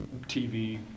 TV